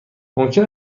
ممکن